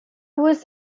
was